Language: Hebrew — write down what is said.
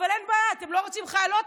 אין בעיה, אתם לא רוצים חיילות?